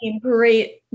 great